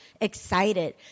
excited